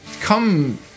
come